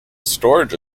storage